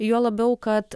juo labiau kad